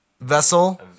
vessel